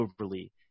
overly